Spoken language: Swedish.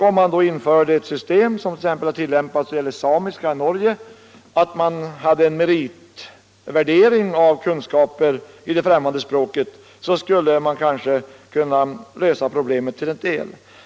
Då kunde man tillämpa samma system som t.ex. i det samiska Norge, nämligen en meritvärdering av kunskaper i det främmande språket. På det sättet skulle en del av problemen kunna lösas.